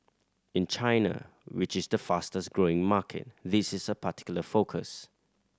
in China which is the fastest growing market this is a particular focus